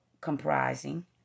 comprising